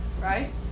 Right